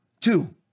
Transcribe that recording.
two